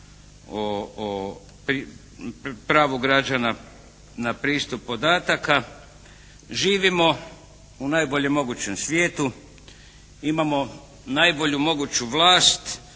o pravu građana na pristup podataka. Živimo u najboljem mogućem svijetu, imamo najbolju moguću vlast